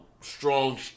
strong